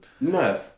No